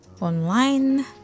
online